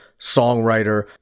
songwriter